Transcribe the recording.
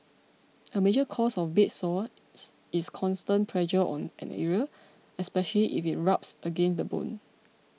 a major cause of bed sores is constant pressure on an area especially if it rubs against the bone